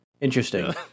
Interesting